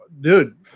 dude